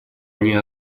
они